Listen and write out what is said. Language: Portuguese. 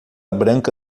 branca